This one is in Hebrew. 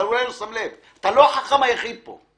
אתה אולי לא שם לב, אבל אתה לא החכם היחיד פה.